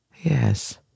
Yes